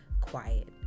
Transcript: quiet